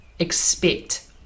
expect